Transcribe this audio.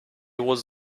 was